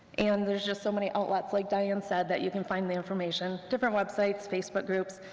and there's just so many outlets, like diane said, that you can find the information, different websites, facebook groups,